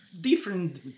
different